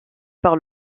par